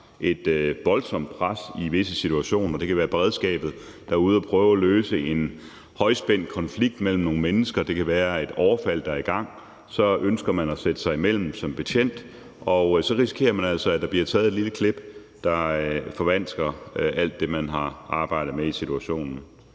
et voldsomt pres i visse situationer. Det kan være beredskabet, der er ude og prøve at løse en højspændt konflikt mellem nogle mennesker. Det kan være et overfald, der er i gang. Ønsker man at lægge sig mellem som betjent, risikerer man altså, at der bliver taget et lille klip, der forvansker alt det, man har arbejdet med i situationen.